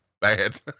bad